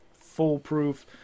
foolproof